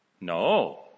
No